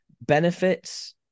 benefits